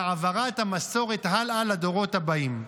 והעברת המסורת הלאה לדורות הבאים,